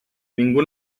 ningú